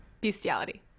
Bestiality